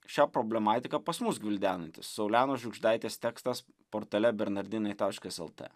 šią problematiką pas mus gvildenantis saulenos žiugždaitės tekstas portale bernardinai taškas el t